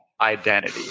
identity